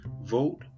vote